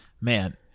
Man